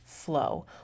flow